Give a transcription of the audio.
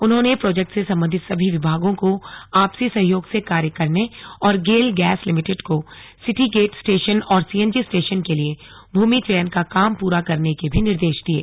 उन्होंने प्रोजेक्ट से सम्बन्धित सभी विभागों को आपसी सहयोग से कार्य करने और गेल गैस लिमिटेड को सिटी गेट स्टेशन और सीएनजी स्टेशन के लिए भूमि चयन का काम पूरा करने के भी निर्देश दिये